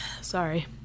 Sorry